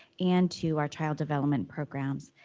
and to our child development programs.